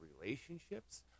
relationships